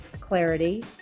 clarity